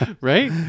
right